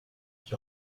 qui